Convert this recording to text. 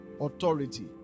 authority